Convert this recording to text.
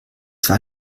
zwar